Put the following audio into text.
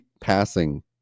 passing